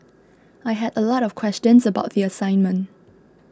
I had a lot of questions about the assignment